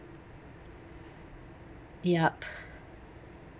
yup